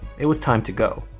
it was time to go.